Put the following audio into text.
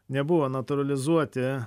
nebuvo natūralizuoti